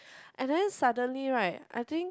and then suddenly right I think